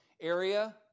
area